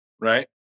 right